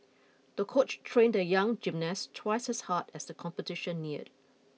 the coach trained the young gymnast twice as hard as the competition neared